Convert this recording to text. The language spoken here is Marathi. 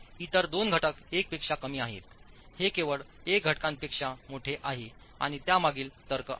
इतर दोन घटक 1 पेक्षा कमी आहेत हे केवळ 1 घटकांपेक्षा मोठे आहे आणि त्यामागील तर्क आहे